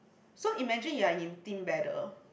so imagine you are in team battle